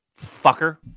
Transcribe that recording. Fucker